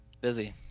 busy